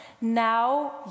Now